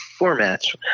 formats